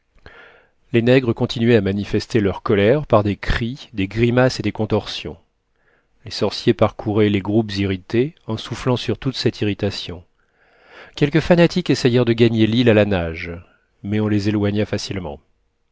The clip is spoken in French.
les nègres continuaient à manifester leur colère par des cris des grimaces et des contorsions les sorciers parcouraient les groupes irrités en soufflant sur toute cette irritation quelques fanatiques essayèrent de ga gner l'île à la nage mais on les éloigna facilement